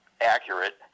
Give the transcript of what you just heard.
accurate